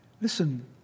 Listen